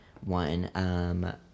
one